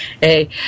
Hey